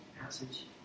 passage